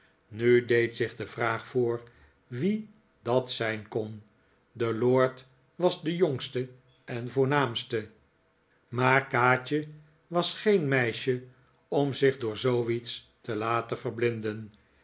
nu deed zich de vraag voor wie dat zijn kon de lord was de jongste en voornaamste maar kaatje was geen meisje om zich door zooiets te laten verblinden